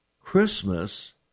Christmas